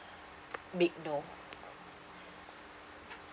big though